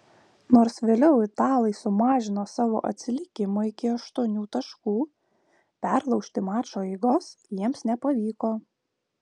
nors vėliau italai sumažino savo atsilikimą iki aštuonių taškų perlaužti mačo eigos jiems nepavyko